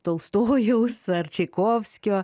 tolstojaus ar čaikovskio